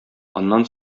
аннан